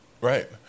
right